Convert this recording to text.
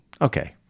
okay